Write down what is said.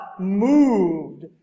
moved